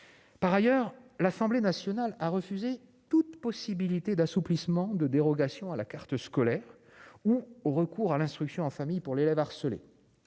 Par ailleurs, l'Assemblée nationale a refusé toute possibilité d'assouplissement des modalités de dérogation à la carte scolaire ou de recours à l'instruction en famille pour l'élève harcelé.